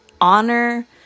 honor